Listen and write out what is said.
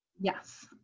Yes